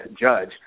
judge